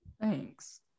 Thanks